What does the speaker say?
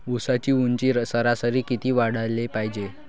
ऊसाची ऊंची सरासरी किती वाढाले पायजे?